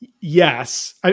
yes